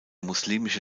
muslimische